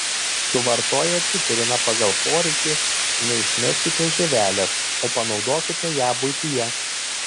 suvartoję citriną pagal poreikį neišmeskite žievelės o panaudokite ją buityje